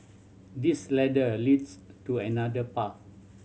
this ladder leads to another path